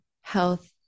health